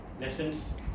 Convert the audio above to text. lessons